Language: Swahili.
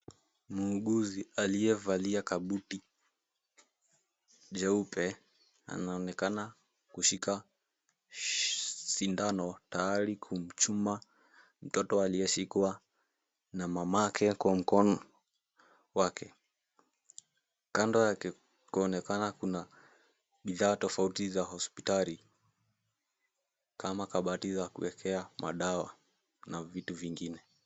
Muuguzi aliyevalia kabuti jeupe anaonekana kushika sindano tayari kumchuma mtoto aliyeshikwa na mamake kwa mkono wake. Kando yake kuonekana kuna bidhaa tofauti za hospitali kama kabati za kuekea madawa na vitu vingine.